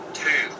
two